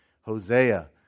Hosea